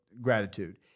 gratitude